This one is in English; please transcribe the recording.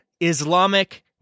Islamic